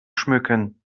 schmücken